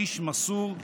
איש מסור,